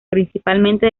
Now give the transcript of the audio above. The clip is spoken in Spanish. principalmente